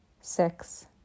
six